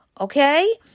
Okay